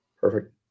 Perfect